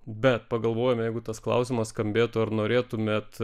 bet pagalvojome jeigu tas klausimas skambėtų ar norėtumėt